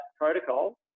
protocol